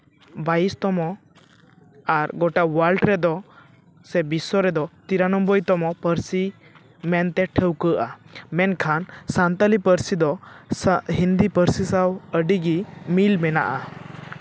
ᱵᱟᱭᱤᱥ ᱛᱚᱢᱚ ᱟᱨ ᱜᱚᱴᱟ ᱚᱣᱟᱨᱞᱰ ᱨᱮᱫᱚ ᱥᱮ ᱵᱤᱥᱥᱚ ᱨᱮᱫᱚ ᱛᱤᱨᱟ ᱱᱚᱵᱽᱵᱳᱭ ᱛᱚᱢᱚ ᱯᱟᱹᱨᱥᱤ ᱢᱮᱱᱛᱮ ᱴᱷᱟᱹᱣᱠᱟᱹᱜᱼᱟ ᱢᱮᱱᱠᱷᱟᱱ ᱥᱟᱱᱛᱟᱞᱤ ᱯᱟᱹᱨᱥᱤ ᱫᱚ ᱦᱤᱱᱫᱤ ᱯᱟᱹᱨᱥᱤ ᱥᱟᱶ ᱟᱹᱰᱤᱜᱮ ᱢᱤᱞ ᱢᱮᱱᱟᱜᱼᱟ